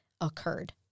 occurred